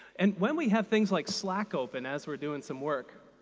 and when we have things like slack open as we're doing some work,